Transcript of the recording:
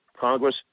Congress